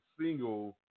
single